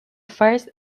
first